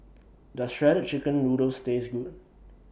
Does Shredded Chicken Noodles Taste Good